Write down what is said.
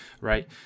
right